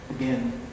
again